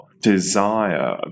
desire